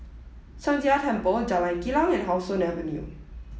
Sheng Jia Temple Jalan Kilang and How Sun Avenue